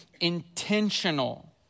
intentional